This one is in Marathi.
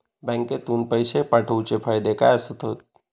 बँकेतून पैशे पाठवूचे फायदे काय असतत?